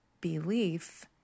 belief